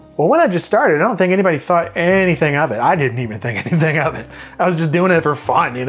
well when i just started, i don't think anybody thought anything of it, i didn't even think anything of it. i was just doing it for fun,